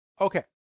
Okay